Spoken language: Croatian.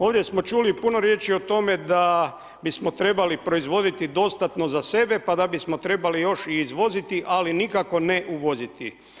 Ovdje smo čuli puno riječi o tome da bi smo trebali proizvoditi dostatno za sebe, pa da bi smo trebali još izvoziti, ali nikako ne uvoziti.